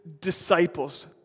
disciples